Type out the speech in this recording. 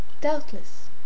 doubtless